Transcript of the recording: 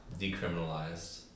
decriminalized